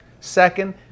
Second